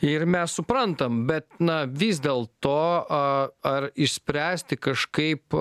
ir mes suprantam bet na vis dėl to ar išspręsti kažkaip